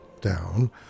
down